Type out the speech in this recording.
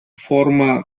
форма